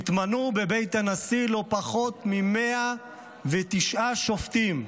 התמנו בבית הנשיא לא פחות מ-109 שופטים,